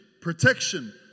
protection